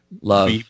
love